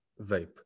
vape